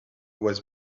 was